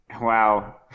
Wow